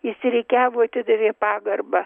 išsirikiavo atidavė pagarbą